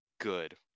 good